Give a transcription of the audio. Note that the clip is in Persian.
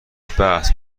بحث